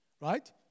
Right